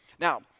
Now